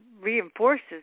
reinforces